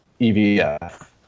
EVF